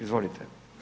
Izvolite.